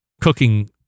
cooking